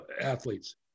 athletes